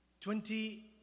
Twenty